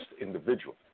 individual